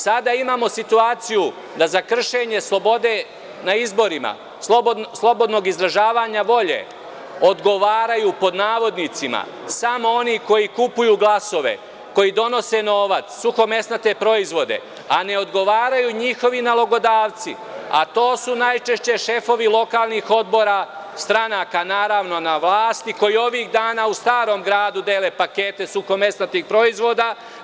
Sada imamo situaciju da za kršenje slobode na izborima slobodnog izražavanja volje odgovaraju „samo oni koji kupuju glasove“, koji donose novac, suhomesnate proizvode, a ne odgovaraju njihovu nalogodavci, a to su najčešće šefovi lokalnih odbora stranaka naravno na vlasti, koji ovih dana u Starom Gradu dele pakete suhomesnatih proizvoda.